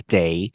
day